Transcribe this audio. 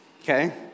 Okay